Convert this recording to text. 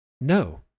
No